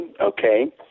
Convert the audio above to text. okay